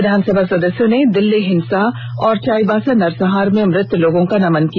विधानसभा सदस्यों ने दिल्ली हिंसा और चाईबासा नरसंहार में मृत लोगों का नमन किया